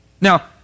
Now